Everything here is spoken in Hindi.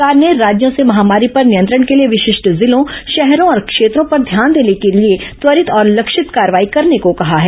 सरकार ने राज्यों से महामारी पर नियंत्रण के लिए विशिष्ट जिलों शहरों और क्षेत्रों पर ध्यान देने के लिए त्वरित और लक्षित कार्रवाई करने को कहा है